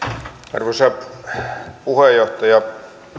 arvoisa puheenjohtaja